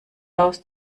aus